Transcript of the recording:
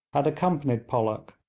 had accompanied pollock,